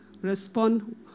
respond